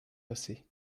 passé